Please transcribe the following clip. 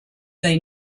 they